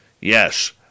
yes